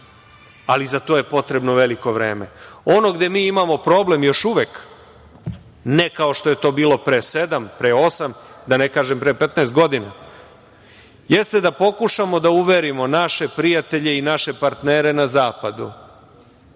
Ali, za to je potrebno veliko vreme. Ono gde mi imamo problem još uvek, ne kao što je to bilo pre sedam, pre osam, da ne kažem pre 15 godina, jeste da pokušamo da uverimo naše prijatelje i naše partnere na zapadu